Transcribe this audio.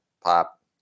Pop